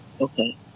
Okay